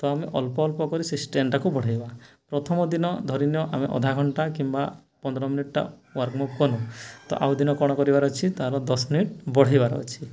ତ ଆମେ ଅଳ୍ପ ଅଳ୍ପ କରି ଷ୍ଟ୍ରେନ୍ଥ୍ଟାକୁ ବଢ଼େଇବା ପ୍ରଥମ ଦିନ ଧରିନିଅ ଆମେ ଅଧ ଘଣ୍ଟା କିମ୍ବା ପନ୍ଦର ମିନିଟ୍ ୱାର୍ମଅପ୍ କଲୁ ତ ଆଉ ଦିନ କ'ଣ କରିବାର ଅଛି ତାର ଦଶ ମିନିଟ୍ ବଢ଼େଇବାର ଅଛି